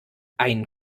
ein